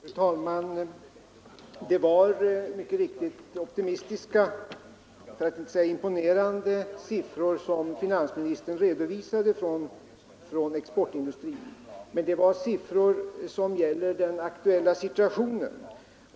Fru talman! Det var mycket riktigt optimistiska data om exportoch orderutvecklingen i industrin som finansministern redovisade, men det var siffror som gäller den aktuella situationen.